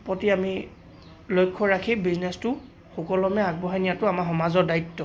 প্ৰতি আমি লক্ষ্য ৰাখি বিজনেচটো সুকলমে আগবঢ়াই নিয়াটো আমাৰ সমাজৰ দায়িত্ব